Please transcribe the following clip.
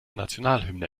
nationalhymne